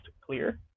clear